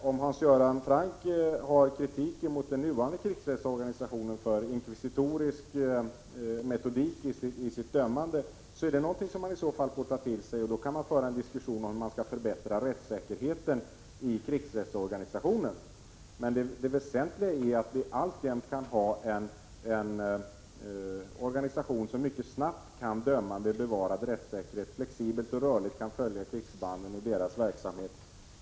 Om Hans Göran Franck har kritik mot den nuvarande krigsrättsorganisationen för inkvisitorisk metodik i sitt dömande, så är det någonting som man i så fall får ta till sig, och då kan man föra en diskussion om hur man skall förbättra rättssäkerheten i krigsrättsorganisationen. Men det väsentliga är att vi alltjämt kan ha en organisation som mycket snabbt kan döma med bevarad rättssäkerhet, som flexibelt och rörligt kan följa krigsförbanden i deras verksamhet.